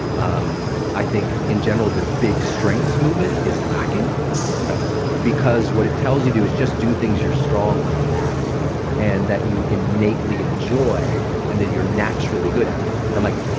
um i think in general the big strengths movement is lacking yeah because what it tells you to do is just do things you're strong at and that you innately enjoy and that you're naturally good at. and i'm like,